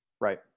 Right